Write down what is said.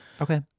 okay